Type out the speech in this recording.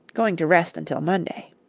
going to rest until monday.